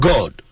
God